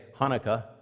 Hanukkah